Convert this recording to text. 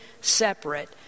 separate